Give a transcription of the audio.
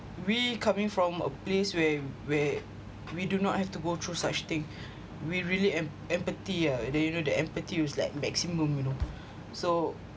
we coming from a place where where we do not have to go through such thing we really em~ empathy ah they you know the empathy was like maximum you know so